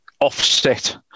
offset